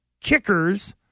kickers